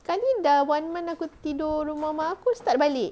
sekali one month aku tidur rumah aku start balik